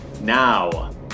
now